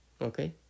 Okay